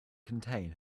contain